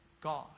God